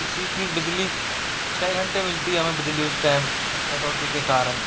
किसी की बिजली छ घंटे मिलती है हमें बिजली उस टाइम कटौती के कारण